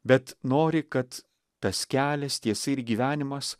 bet nori kad tas kelias tiesa ir gyvenimas